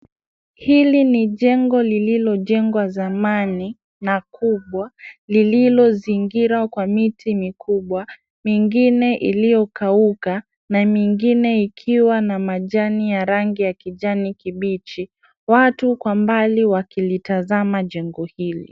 Hili ni jengo lililojengwa zamani na kubwa lilizingirwa kwa miti mikubwa mingine iliyokauka na mingine ikiwa na majani ya rangi ya kijani kibichi. Watu kwa mbali wakilitazama jengo hili.